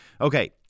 Okay